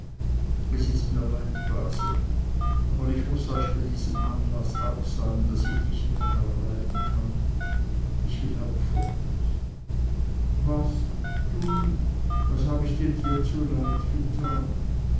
es ist mir leid base aber ich muß euch bei diesem anlaß auch sagen daß ich nicht mehr dableiben kann ich will auch fort was du was hab ich denn dir zuleid getan